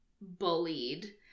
bullied